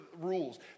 rules